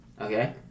okay